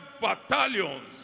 battalions